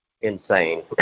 insane